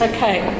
Okay